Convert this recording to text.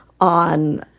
on